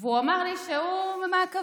הוא אמר לי שהוא במעקבים,